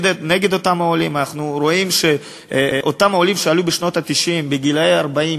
אנחנו רואים שאותם עולים שעלו בשנות ה-90 בגילי ה-40,